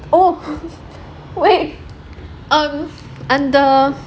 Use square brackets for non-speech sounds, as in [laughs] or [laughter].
oh [laughs] wait um and the